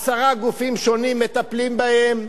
עשרה גופים שונים מטפלים בהם?